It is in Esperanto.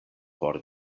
por